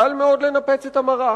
קל מאוד לנפץ את המראה,